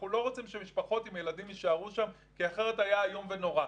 אנחנו לא רוצים שמשפחות עם ילדים יישארו שם כי אחרת היה איום ונורא.